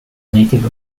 native